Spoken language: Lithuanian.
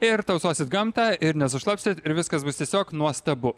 ir tausosit gamtą ir nesušlapsit ir viskas bus tiesiog nuostabu